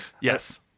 Yes